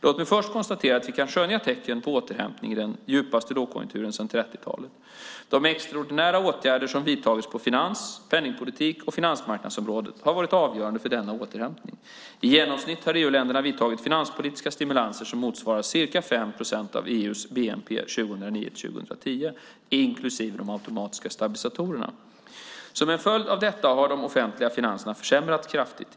Låt mig först konstatera att vi kan skönja tecken på återhämtning från den djupaste lågkonjunkturen sedan 1930-talet. De extraordinära åtgärder som vidtagits på finans-, penningpolitik och finansmarknadsområdet har varit avgörande för denna återhämtning. I genomsnitt har EU-länderna vidtagit finanspolitiska stimulanser motsvarande ca 5 procent av EU:s bnp 2009-2010, inklusive de automatiska stabilisatorerna. Som en följd av detta har de offentliga finanserna försämrats kraftigt.